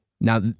Now